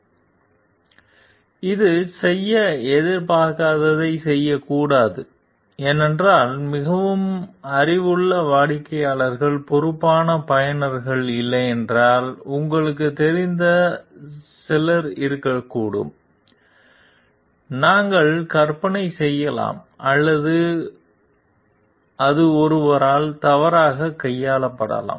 எனவே இது செய்ய எதிர்பார்க்காததைச் செய்யக்கூடாது ஏனென்றால் மிகவும் அறிவுள்ள வாடிக்கையாளர்கள் பொறுப்பான பயனர்கள் இல்லையென்றால் உங்களுக்குத் தெரிந்த சிலர் இருக்கக்கூடும் நாங்கள் கற்பனை செய்யலாம் அல்லது அது ஒருவரால் தவறாகக் கையாளப்படலாம்